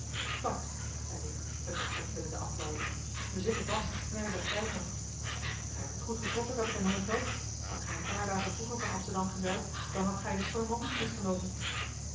straks zeide ik het gesprek willende afleiden wij zitten pas en wij hebben den tijd nog gij hebt het goed getroffen kapitein holmfeld waart gij een paar dagen vroeger van amsterdam gezeild dan hadt gij den storm ook niet misgeloopen